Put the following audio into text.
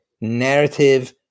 narrative